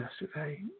yesterday